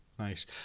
Nice